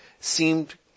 seemed